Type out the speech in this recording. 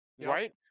right